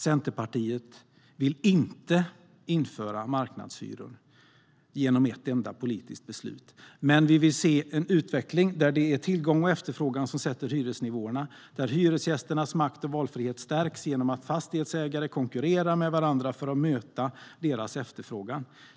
Centerpartiet vill inte införa marknadshyror genom ett enda politiskt beslut, men vi vill se en utveckling där det är tillgång och efterfrågan som sätter hyresnivåerna och där hyresgästernas makt och valfrihet stärks genom att fastighetsägare konkurrerar med varandra för att möta deras efterfrågan.